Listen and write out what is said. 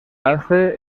hace